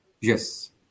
Yes